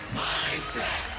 mindset